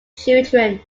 children